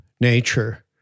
nature